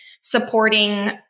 supporting